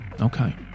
Okay